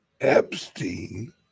Epstein